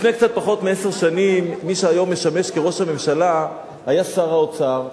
לפני קצת פחות מעשר שנים מי שהיום משמש כראש הממשלה היה שר האוצר,